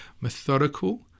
methodical